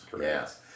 Yes